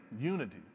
unity